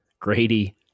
Grady